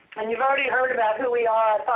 and you've already heard about who we are.